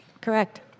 Correct